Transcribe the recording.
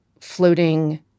floating